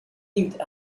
lived